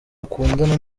akundana